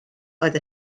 oedd